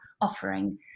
offering